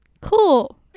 Cool